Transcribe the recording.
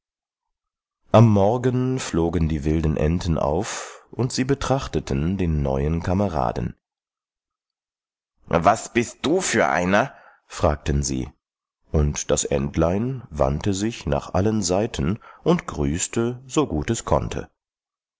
am morgen flogen die wilden enten auf und sie betrachteten den neuen kameraden was bist du für einer fragten sie und das entlein wandte sich nach allen seiten und grüßte so gut es konnte